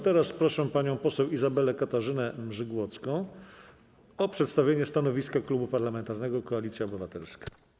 Teraz proszę panią poseł Izabelę Katarzynę Mrzygłocką o przedstawienie stanowiska Klubu Parlamentarnego Koalicja Obywatelska.